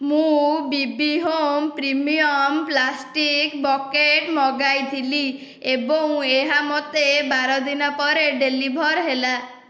ମୁଁ BB home premium plastic bucket ମଗାଇଥିଲି ଏବଂ ଏହା ମୋତେ ବାର ଦିନ ପରେ ଡେଲିଭର୍ ହେଲା